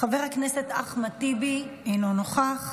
חבר הכנסת אחמד טיבי, אינו נוכח,